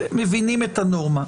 מבינים את הנורמה.